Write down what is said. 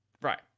Right